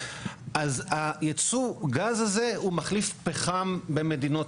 אז ייצוא הגז הזה הוא מחליף פחם במדינות